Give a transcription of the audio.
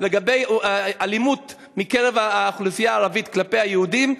לגבי אלימות מקרב האוכלוסייה הערבית כלפי היהודים.